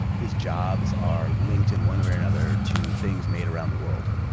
whose jobs are linked in one way or another to things made around the world,